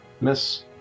Miss